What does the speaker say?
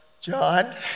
John